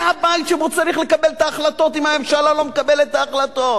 זה הבית שבו צריך לקבל את ההחלטות אם הממשלה לא מקבלת את ההחלטות.